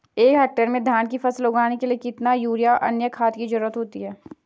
एक हेक्टेयर में धान की फसल उगाने के लिए कितना यूरिया व अन्य खाद की जरूरत होती है?